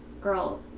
girl